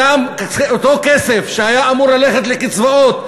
אותו כסף שהיה אמור ללכת לקצבאות,